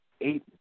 eight